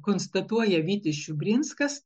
konstatuoja vytis čiubrinskas